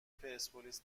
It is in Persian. پرسپولیس